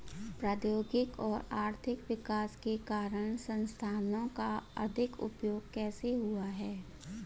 प्रौद्योगिक और आर्थिक विकास के कारण संसाधानों का अधिक उपभोग कैसे हुआ है?